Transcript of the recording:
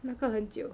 那个很久